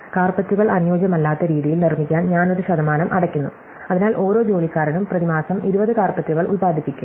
കാര്പെറ്റുകൾ അനുയോജ്യമല്ലാത്ത രീതിയിൽ നിർമ്മിക്കാൻ ഞാൻ ഒരു ശതമാനം അടയ്ക്കുന്നു അതിനാൽ ഓരോ ജോലിക്കാരനും പ്രതിമാസം 20 കാര്പെറ്റുകൾ ഉത്പാദിപ്പിക്കും